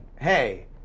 hey